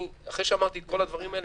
אחרי שאמרתי את כל הדברים האלה,